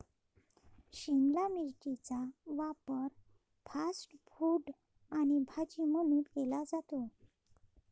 शिमला मिरचीचा वापर fast food आणि भाजी म्हणून केला जातो